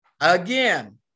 Again